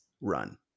run